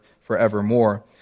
forevermore